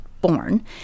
born